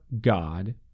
God